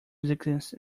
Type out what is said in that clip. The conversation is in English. existence